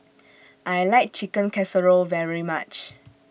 I like Chicken Casserole very much